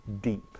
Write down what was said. deep